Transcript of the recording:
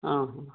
ହଁ ହଁ